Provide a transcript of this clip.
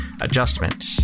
adjustment